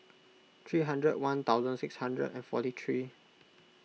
three hundred one thousand six hundred and forty three